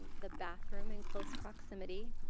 the bathroom in close proximity.